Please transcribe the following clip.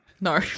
No